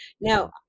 Now